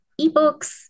eBooks